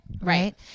right